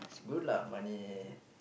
is good lah money